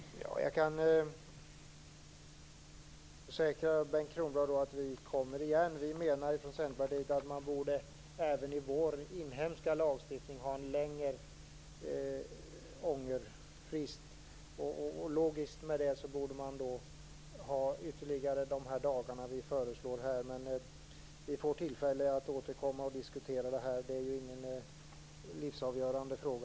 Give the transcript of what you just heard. Fru talman! Jag kan försäkra Bengt Kronblad att vi kommer igen. Vi i Centerpartiet menar att vi även i vår inhemska lagstiftning borde ha en längre ångerfrist. I logik med det borde vi också ha dessa ytterligare dagar som vi föreslår här. Men vi får tillfälle att återkomma och diskutera detta. Det är i och för sig ingen livsavgörande fråga.